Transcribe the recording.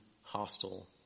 hostile